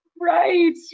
Right